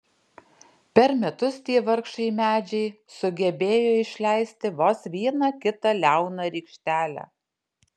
per metus tie vargšai medžiai sugebėjo išleisti vos vieną kitą liauną rykštelę